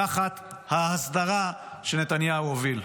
תחת ההסדרה שנתניהו הוביל.